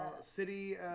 City